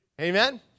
Amen